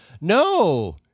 No